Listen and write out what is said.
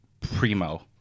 primo